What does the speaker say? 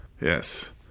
Yes